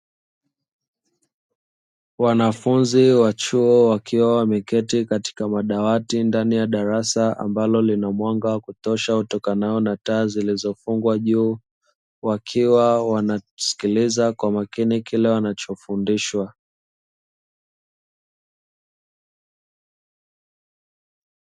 Wanafunzi wa chuo wakiwa wameketi katika madawati, ndani ya darasa ambalo lina mwanga wa kutosha utokanao na taa zilizofungwa juu, wakiwa wanasikiliza kwa makini kile wanachofundishwa.